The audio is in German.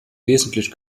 wesentlich